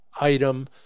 item